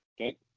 Okay